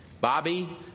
Bobby